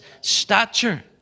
stature